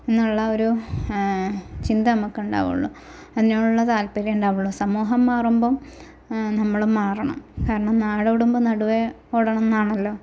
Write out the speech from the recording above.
എന്നുള്ള ഒരു ചിന്ത നമുക്കുണ്ടാവുള്ളു അതിനോടുള്ള താല്പര്യം ഉണ്ടാവുള്ളൂ സമൂഹം മാറുമ്പം നമ്മളും മാറണം കാരണം നാടോടുമ്പം നടുവേ ഓടണംന്നാണല്ലോ